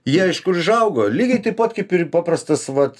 jie iš kur užaugo lygiai taip pat kaip ir paprastas vat